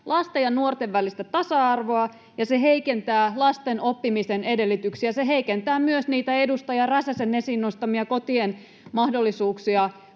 lasten ja nuorten välistä tasa-arvoa ja se heikentää lasten oppimisen edellytyksiä, se heikentää myös niitä edustaja Räsäsen esiin nostamia kotien mahdollisuuksia